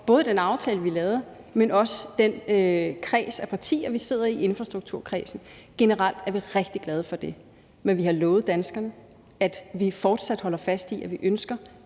både den aftale, vi lavede, men også den kreds af partier, vi sidder i forligskredsen bag infrastrukturaftalen med. Generelt er vi rigtig glade for det, men vi har lovet danskerne, at vi fortsat holder fast i, at vi ønsker,